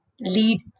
lead